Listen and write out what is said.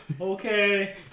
Okay